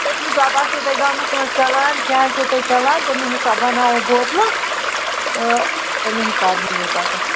تَمی حِساب آسٮ۪و تۄہہِ گامَس منٛز چَلان کیٛاہ آسٮ۪و تۄہہِ چَلان تَمہِ حِساب بَناوو بوتلہٕ تہٕ تَمی حِساب نِیِو پَتہٕ